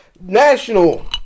national